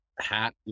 Hat